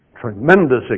Tremendous